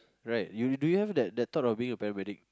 right you do you have that that thought of being a paramedic